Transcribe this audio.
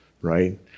right